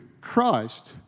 Christ